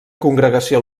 congregació